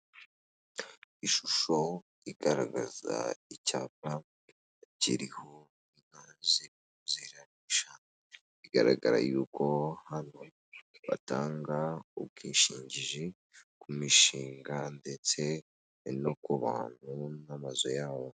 Ishusho igaragaza icyapa kiririho inka zirisha, bigaragara yuko hano batanga ubwishingizi ku mishinga ndetse no ku bantu n'amazu yabo.